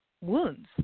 wounds